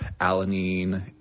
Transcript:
alanine